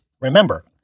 Remember